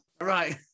Right